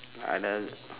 I does~